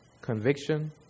conviction